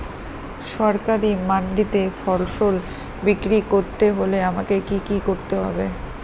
সরকারি মান্ডিতে ফসল বিক্রি করতে হলে আমাকে কি কি করতে হবে?